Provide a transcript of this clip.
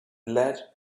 lead